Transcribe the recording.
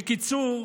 בקיצור,